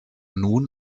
nun